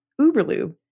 Uberlube